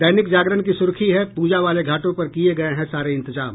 दैनिक जागरण की सुर्खी है पूजा वाले घाटों पर किये गये हैं सारे इंतजाम